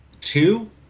two